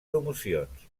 promocions